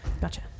Gotcha